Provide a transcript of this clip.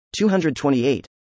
228